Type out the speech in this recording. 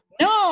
No